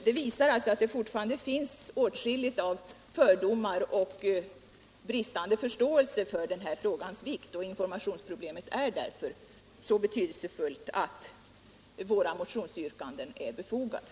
Det visar att det fortfarande finns fördomar och bristande förståelse för den här frågans vikt. Informationen är därför så betydelsefull att våra motionsyrkanden är befogade.